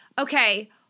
okay